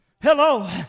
Hello